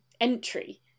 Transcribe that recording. entry